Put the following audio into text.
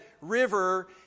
River